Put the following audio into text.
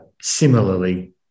similarly